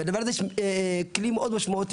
והדבר הזה הוא כלי מאוד משמעותי,